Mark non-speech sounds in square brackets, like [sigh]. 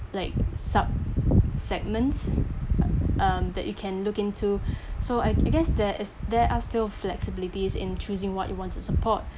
like sub segments um that you can look into [breath] so I guess there is there are still flexibilities in choosing what you want to support